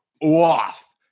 off